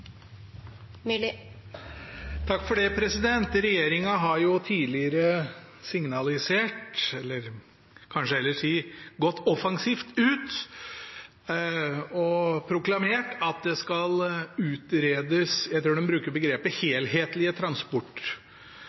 har jo tidligere signalisert, eller kanskje jeg heller skal si gått offensivt ut og proklamert, at det skal utredes helhetlige transportløsninger – jeg tror de bruker det begrepet